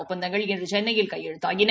ஒப்பந்தங்கள் இன்று சென்னையில் கையெழுத்தாகின